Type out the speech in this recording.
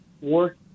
work